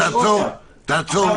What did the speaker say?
משרד